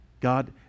God